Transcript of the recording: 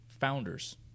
Founders